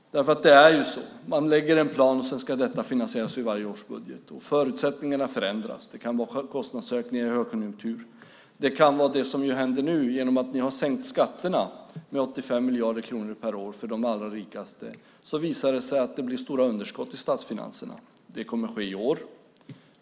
Det är ju så: Man lägger fram en plan, och sedan ska detta finansieras ur varje års budget. Förutsättningarna förändras. Det kan vara höga kostnadsökningar i högkonjunktur. Det kan vara det som händer nu genom att ni har sänkt skatterna med 85 miljarder kronor per år för de allra rikaste. Då visar det sig att det blir stora underskott i statsfinanserna. Det kommer att ske i år.